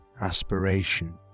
aspiration